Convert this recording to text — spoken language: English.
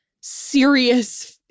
serious